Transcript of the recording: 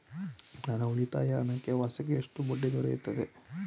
ನನ್ನ ಉಳಿತಾಯ ಹಣಕ್ಕೆ ವಾರ್ಷಿಕ ಎಷ್ಟು ಬಡ್ಡಿ ದೊರೆಯುತ್ತದೆ?